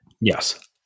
Yes